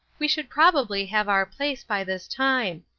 we should probably have our place by this time.